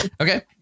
Okay